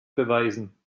beweisen